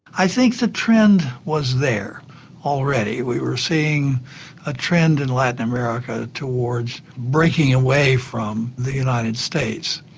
i think the trend was there already. we were seeing a trend in latin america towards breaking away from the united states,